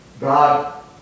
God